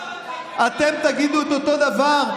--- אתם תגידו את אותו דבר,